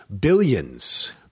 Billions